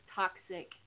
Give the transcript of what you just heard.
toxic